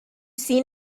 seen